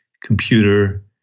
computer